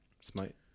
Smite